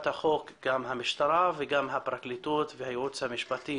החוק המשטרה וגם הפרקליטות והייעוץ המשפטי